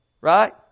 right